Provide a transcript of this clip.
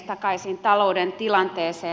takaisin talouden tilanteeseen